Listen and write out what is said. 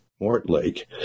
Mortlake